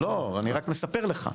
לא, אני רק מספר לך.